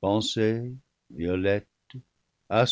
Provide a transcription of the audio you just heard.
pensées violettes